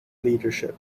leadership